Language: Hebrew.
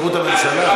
מזכירות הממשלה.